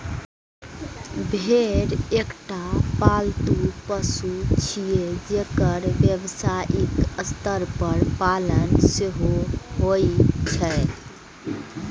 भेड़ एकटा पालतू पशु छियै, जेकर व्यावसायिक स्तर पर पालन सेहो होइ छै